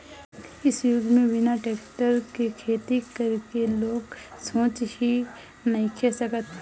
इ युग में बिना टेक्टर के खेती करे के लोग सोच ही नइखे सकत